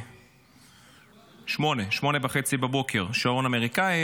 ל-08:30 בשעון האמריקאי.